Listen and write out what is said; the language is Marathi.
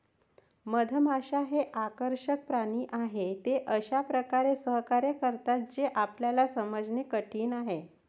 मधमाश्या हे आकर्षक प्राणी आहेत, ते अशा प्रकारे सहकार्य करतात जे आपल्याला समजणे कठीण आहे